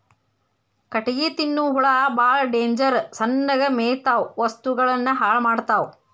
ಕಟಗಿ ತಿನ್ನು ಹುಳಾ ಬಾಳ ಡೇಂಜರ್ ಸಣ್ಣಗ ಮೇಯತಾವ ವಸ್ತುಗಳನ್ನ ಹಾಳ ಮಾಡತಾವ